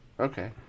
Okay